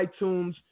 iTunes